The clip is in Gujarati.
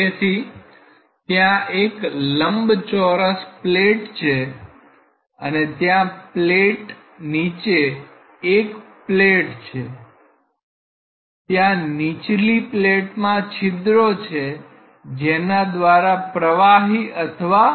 તેથી ત્યાં એક લંબચોરસ પ્લેટ છે અને ત્યાં નીચે એક પ્લેટ છે ત્યાં નીચલી પ્લેટમાં છિદ્રો છે જેના દ્વારા પ્રવાહી અથવા